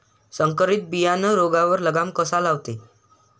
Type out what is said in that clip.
संकरीत बियानं रोगावर लगाम कसा लावते?